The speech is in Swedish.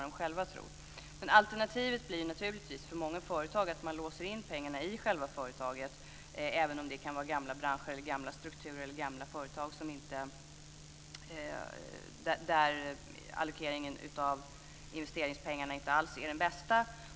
Men alternativet för många företag blir naturligtvis att de låser in pengarna i själva företaget, även om det kan vara gamla branscher, gamla strukturer eller gamla företag där allokeringen av investeringspengarna inte alls är den bästa.